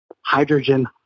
hydrogen